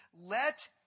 Let